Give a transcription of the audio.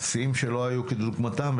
שיאים שלא היו כדוגמתם,